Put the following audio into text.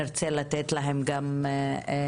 נרצה לתת להם גם להתייחס,